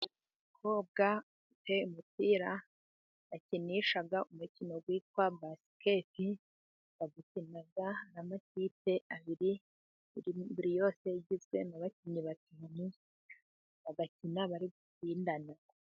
Umukobwa ufite umupira bakinisha umukino witwa basiketi. Bawukina ari amakipe abiri buri yose igizwe n'abakinnyi, bagakina barigutsindana.